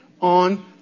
on